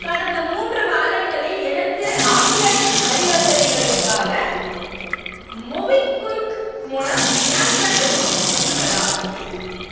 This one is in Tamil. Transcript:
கடந்த மூன்று வாரங்களில் எனக்கு ஆன்லைன் பரிவர்த்தனைகளுக்காக மொபிக்விக் மூலம் கேஷ்பேக் எதுவும் வந்துள்ளதா